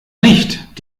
nicht